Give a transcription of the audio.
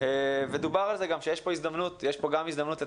דובר גם על זה שיש פה הזדמנות לתקן